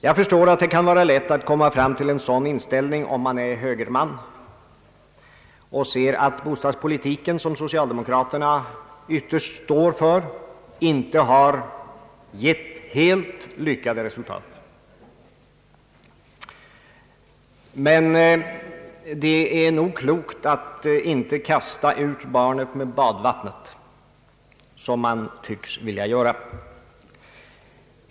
Jag förstår att det kan vara lätt att komma fram till en sådan inställning om man är anhängare av moderata samlingspartiet och ser att den bostadspolitik som socialdemokraterna ytterst står för inte har gett helt lyckade resultat. Men det vore nog klokt att »inte kasta ut barnet med badvattnet», som man tycks vilja göra.